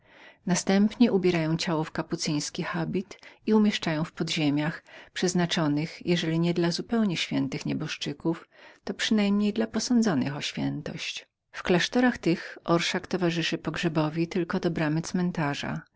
nareszcie ubierają ciało w kapucyński habit i umieszczają w podziemiach przeznaczonych jeżeli nie dla zupełnie świętych nieboszczyków to przynajmniej dla posądzonych o świętość w tych klasztorach orszak towarzyszy pogrzebowi tylko do bramy cmentarza